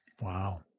wow